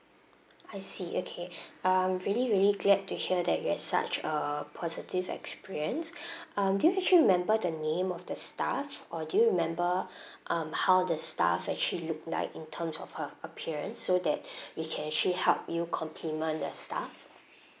I see okay um really really glad to hear that you had such a positive experience um do you actually remember the name of the staff or do you remember um how the staff actually looked like in terms of her appearance so that we can actually help you compliment the staff